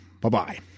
Bye-bye